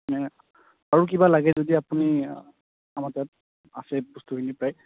মানে আৰু কিবা লাগে যদি আপুনি আমাৰ তাত আছে বস্তুখিনি প্ৰায়